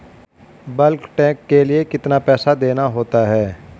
Bulk tank के लिए कितना पैसा देना होता है?